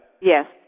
Yes